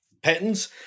patterns